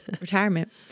retirement